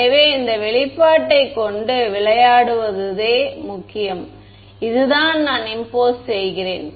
எனவே இந்த வெளிப்பாட்டைக் கொண்டு விளையாடுவதே முக்கியம் இதுதான் நான் இம்போஸ் செய்கிறேன்